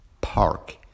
Park